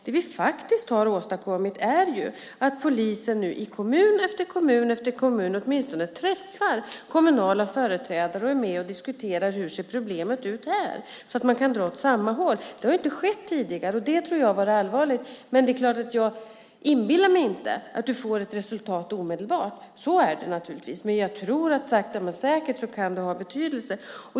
Det vi har åstadkommit är att polisen nu i kommun efter kommun åtminstone träffar kommunala företrädare och är med och diskuterar hur problemet ser ut där så att man kan dra åt samma håll. Det har inte skett tidigare, och jag tror att det har varit allvarligt. Jag inbillar mig inte att vi får ett resultat omedelbart, men jag tror att det sakta men säkert kan få betydelse.